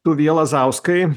tuvija lazauskai